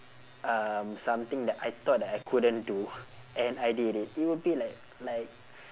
um something that I thought that I couldn't do and I did it it would be like like